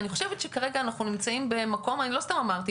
אני לא סתם אמרתי,